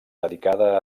dedicada